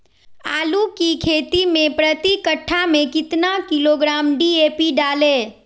आलू की खेती मे प्रति कट्ठा में कितना किलोग्राम डी.ए.पी डाले?